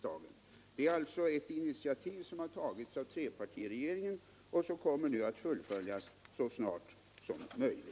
Det här är alltså ett initiativ som har tagits av trepartiregeringen och som kommer att fullföljas så snart som möjligt.